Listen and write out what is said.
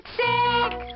sick